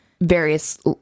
various